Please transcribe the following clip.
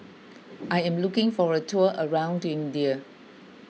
I am looking for a tour around India